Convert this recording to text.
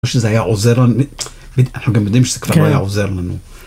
לא שזה היה עוזר לנו, אנחנו גם יודעים שזה כבר לא היה עוזר לנו.